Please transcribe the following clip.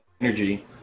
energy